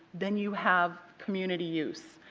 then you have community use.